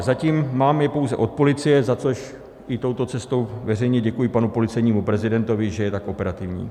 Zatím je mám pouze od policie, za což i touto cestou veřejně děkuji panu policejnímu prezidentovi, že je tak operativní.